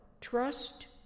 Trust